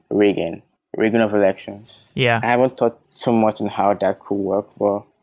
rigging rigging of elections. yeah i haven't thought so much in how that could work.